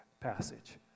passage